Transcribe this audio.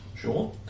Sure